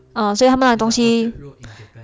oh 所以他们的东西